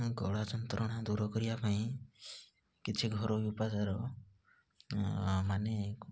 ଗଳା ଯନ୍ତ୍ରଣା ଦୂର କରିବା ପାଇଁ କିଛି ଘରୋଇ ଉପଚାର ମାନେ